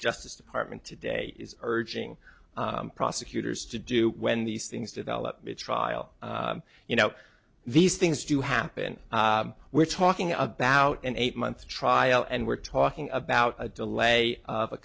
justice department today is urging prosecutors to do when these things develop trial you know these things do happen we're talking about an eight month trial and we're talking about a delay of a